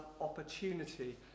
opportunity